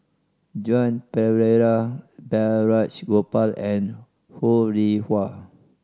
Joan Pereira Balraj Gopal and Ho Rih Hwa